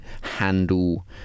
handle